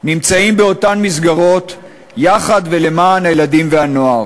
נמצאים באותן מסגרות יחד ולמען הילדים והנוער.